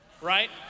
right